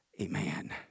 amen